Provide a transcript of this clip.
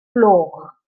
gloch